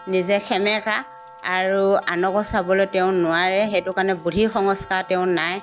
নিজে সেমেকা আৰু আনকো চাবলৈ তেওঁ নোৱাৰে সেইটো কাৰণে বুদ্ধি সংস্কাৰ তেওঁৰ নাই